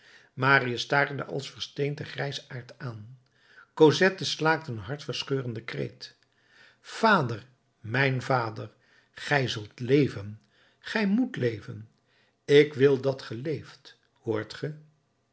marius staarde als versteend den grijsaard aan cosette slaakte een hartverscheurenden kreet vader mijn vader gij zult leven gij moet leven ik wil dat ge leeft hoort